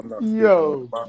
Yo